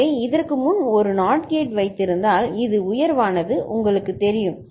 எனவே இதற்கு முன் ஒரு நாட் கேட் வைத்திருந்தால் இந்த உயர்வானது உங்களுக்குத் தெரியும்